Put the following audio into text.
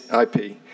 IP